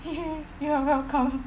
you're welcome